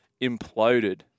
imploded